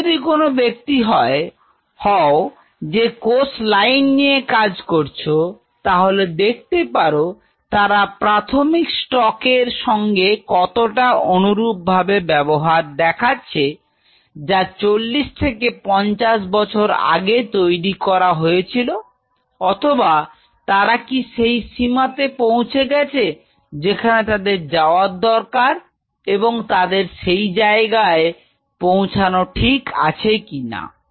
তুমি যদি কোন ব্যক্তি হও যে কোষ লাইন নিয়ে কাজ করছ তাহলে দেখতে পারো তারা প্রাথমিক স্টক এর সঙ্গে কতটা অনুরূপভাবে ব্যবহার দেখাচ্ছে যা 40 থেকে 50 বছর আগে তৈরি করা হয়েছিল অথবা তারা কি সেই সীমাতে পৌঁছে গেছে যেখানে তাদের যাওয়া দরকার এবং তাদের সেই জায়গায় পৌঁছানো ঠিক আছে কিনা